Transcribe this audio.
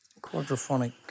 quadraphonic